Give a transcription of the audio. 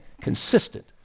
consistent